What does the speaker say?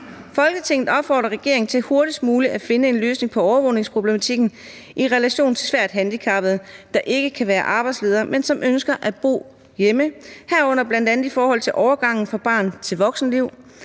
»Folketinget opfordrer regeringen til hurtigst muligt at finde en løsning på overvågningsproblematikken i relation til svært handicappede, der ikke kan være arbejdsledere, men som ønsker at bo hjemme, herunder bl.a. i forhold til overgangen fra barn til voksenliv.